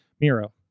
Miro